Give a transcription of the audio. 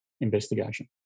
investigation